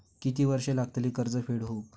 किती वर्षे लागतली कर्ज फेड होऊक?